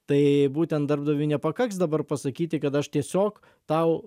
tai būtent darbdaviui nepakaks dabar pasakyti kad aš tiesiog tau